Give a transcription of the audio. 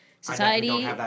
society